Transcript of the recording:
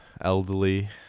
elderly